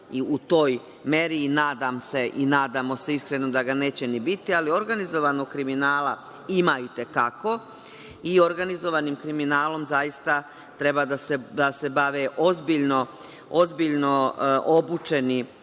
u toj meri i nadamo se da ga neće ni biti, ali organizovanog kriminala ima i te kako i organizovanim kriminalom zaista treba da se bave ozbiljno obučeni